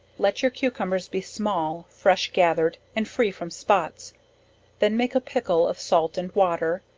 let your cucumbers be small, fresh gathered, and free from spots then make a pickle of salt and water,